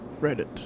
Reddit